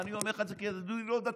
ואני אומר לך את זה כיהודי לא דתי,